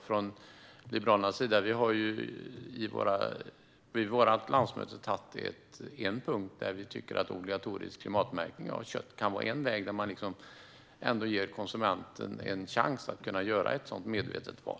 Vi från Liberalerna antog vid vårt landsmöte en punkt där vi tycker att obligatorisk klimatmärkning av kött kan vara en väg. Då ger man konsumenten en chans att kunna göra ett medvetet val.